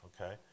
okay